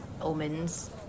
omens